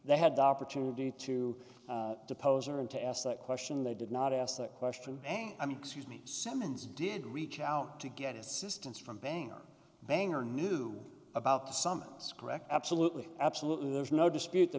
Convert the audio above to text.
they had the opportunity to depose or and to ask that question they did not ask that question i mean excuse me simmons did reach out to get assistance from bang bang or knew about the summons correct absolutely absolutely there's no dispute the